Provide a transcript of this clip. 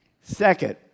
Second